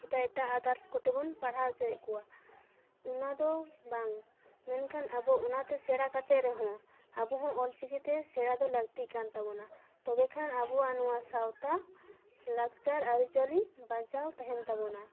ᱮᱴᱟᱜ ᱮᱴᱟᱜ ᱟᱫᱟᱨᱥ ᱠᱚᱛᱮᱵᱚᱱ ᱯᱟᱲᱦᱟᱣ ᱦᱪᱚᱭᱮᱫ ᱠᱚᱣᱟ ᱚᱱᱟ ᱫᱚ ᱵᱟᱝ ᱢᱮᱱᱠᱷᱟᱱ ᱟᱵᱚ ᱚᱱᱟ ᱛᱮ ᱥᱮᱬᱟ ᱠᱟᱛᱮ ᱨᱮᱦᱚᱸ ᱟᱵᱚ ᱦᱚᱸ ᱚᱞᱪᱤᱠᱤ ᱛᱮ ᱥᱮᱬᱟ ᱫᱚ ᱞᱟᱹᱠᱛᱤᱜ ᱠᱟᱱ ᱛᱟᱵᱚᱱᱟ ᱛᱚᱵᱮᱠᱷᱟᱱ ᱟᱵᱚᱣᱟᱜ ᱱᱚᱣᱟ ᱥᱟᱶᱛᱟ ᱞᱟᱠᱪᱟᱨ ᱟᱨᱤᱪᱟᱞᱤ ᱵᱟᱧᱪᱟᱣ ᱛᱟᱦᱮᱱ ᱛᱟᱵᱚᱱᱟ